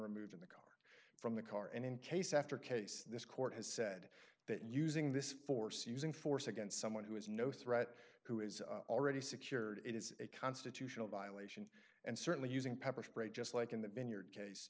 removed in the car from the car and in case after case this court has said that using this force using force against someone who is no threat who is already secured it is a constitutional violation and certainly using pepper spray just like in the vineyard case